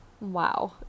wow